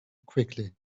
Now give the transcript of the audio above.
quickly